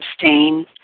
abstain